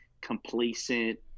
complacent